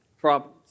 problems